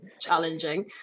challenging